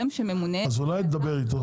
אז אולי תדבר איתו?